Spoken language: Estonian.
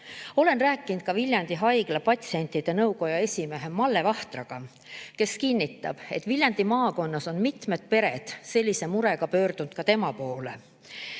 Olen rääkinud ka Viljandi Haigla patsientide nõukoja esimehe Malle Vahtraga, kes kinnitab, et Viljandi maakonnas on mitmed pered sellise murega pöördunud ka tema poole.